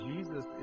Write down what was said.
Jesus